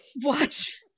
Watch